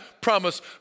promise